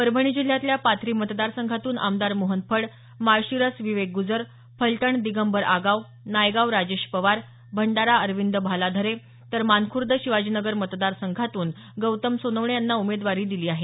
परभणी जिल्ह्यातल्या पाथरी मतदारसंघातून आमदार मोहन फड माळशिरस विवेक गुजर फलटण दिगंबर आगाव नायगाव राजेश पवार भंडारा अरविंद भालाधरे तर मानखूर्द शिवाजीनगर मतदारसंघातून गौतम सोनवणे यांना उमेदवारी दिली आहे